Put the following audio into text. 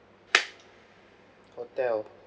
hotel